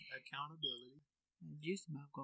accountability